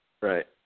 Right